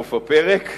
סוף הפרק,